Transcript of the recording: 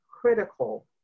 critical